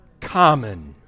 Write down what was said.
common